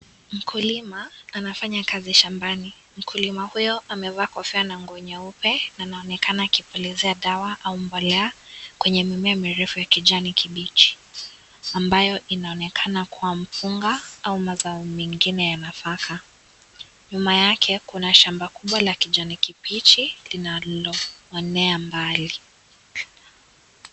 Mkulima anafanya kazi shambani, mkulima huyo amevaa kofia na nguo nyeupe na anaonekana akipulizia dawa ama mbolea, kwenye mimea mirefu ya akijani kibichi, ambayo inawezekana kuwa ni mpunga au mazao mengi ya nafaka. Nyuma yake kuna shamba kubwa ya kijani kibichi ninalo onea mbali.